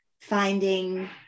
finding